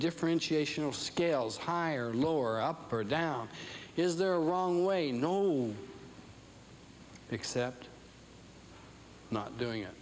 differentiation of scales higher or lower up or down is there a wrong way no no except not doing it